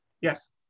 Yes